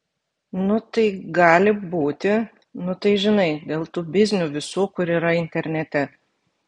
nu tai gali būti nu tai žinai dėl tų biznių visų kur yra internete